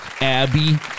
Abby